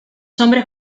hombres